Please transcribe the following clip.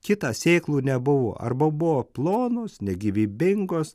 kitą sėklų nebuvo arba buvo plonos negyvybingos